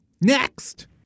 next